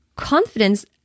Confidence